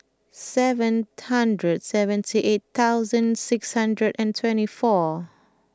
seven hundred seventy eight thousand six hundred and twenty four